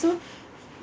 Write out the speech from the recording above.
so